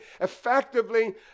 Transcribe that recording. effectively